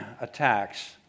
attacks